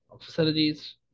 facilities